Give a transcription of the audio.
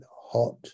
hot